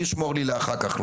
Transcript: אשמור לי עוד דברים לומר אחר כך,